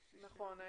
נכון.